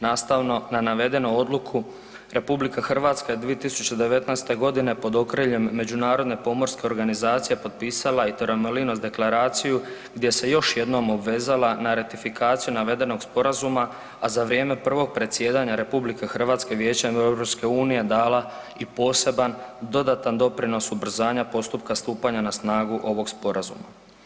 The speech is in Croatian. Nastavno na navedenu odluku RH je 2019. godine pod okriljem Međunarodne pomorske organizacije potpisala i Torremolinos deklaraciju gdje se još jednom obvezala na ratifikaciju navedenog sporazuma, a za vrijeme prvog predsjedanja RH Vijećem EU dala i poseban dodatan doprinos ubrzanja postupka stupanja na snagu ovog sporazuma.